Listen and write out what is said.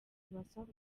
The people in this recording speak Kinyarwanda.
basabwa